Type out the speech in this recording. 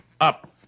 Up